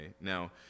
Now